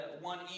one